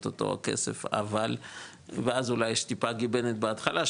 את אותו הכסף ואז אולי יש טיפה גיבנת בהתחלה,